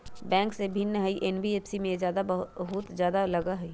Bank से भिन्न हई एन.बी.एफ.सी इमे ब्याज बहुत ज्यादा लगहई?